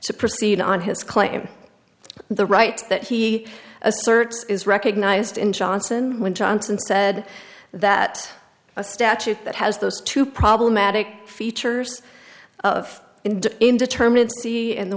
to proceed on his claim the right that he asserts is recognized in johnson when johnson said that a statute that has those two problematic features of india indeterminacy in the way th